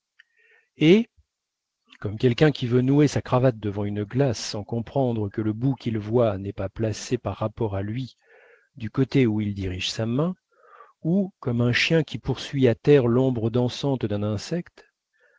comme quelqu'un qui veut nouer sa cravate devant une glace sans comprendre que le bout qu'il voit n'est pas placé par rapport à lui du côté où il dirige sa main ou comme un chien qui poursuit à terre l'ombre dansante d'un insecte